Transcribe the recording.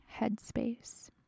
headspace